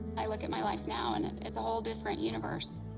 i look at my life now, and and it's a whole different universe.